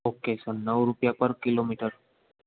okay sir નવ રૂપિયા પર કિલોમીટર